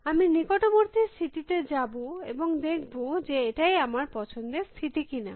আমি নিকটবর্তী স্থিতিতে যাব এবং দেখব যে এটাই আমার পছন্দের স্থিতি কিনা